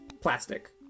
plastic